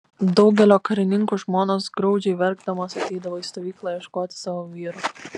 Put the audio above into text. daugelio karininkų žmonos graudžiai verkdamos ateidavo į stovyklą ieškoti savo vyrų